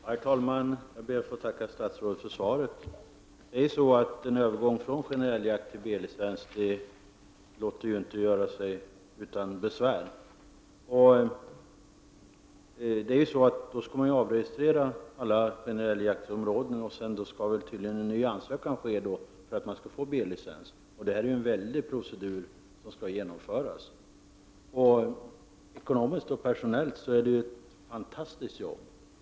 Herr talman! Jag ber att få tacka statsrådet för svaret. En övergång från generell jakt till B-licens låter sig inte göras utan besvär. Då skall man avregistrera alla generell-jakts-områden, och sedan skall tydligen en ny ansökan göras för att B-licens skall kunna erhållas. Det är en omfattande procedur att genomföra. Ekonomiskt och personellt är det ett otroligt jobb.